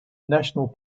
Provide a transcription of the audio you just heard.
national